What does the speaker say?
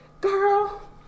Girl